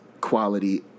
quality